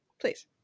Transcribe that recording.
please